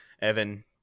Evan